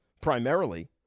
primarily